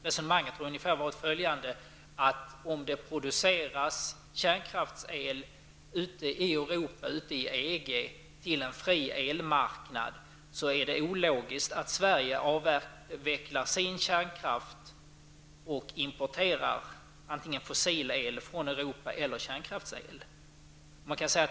Resonemanget gick ut på att om det produceras kärnkraftsel i Europa, i EG, till en fri elmarknad är det ologiskt att Sverige avvecklar sin kärnkraft och importerar antingen fossil eller kärnkraftsel från Europa.